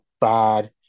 bad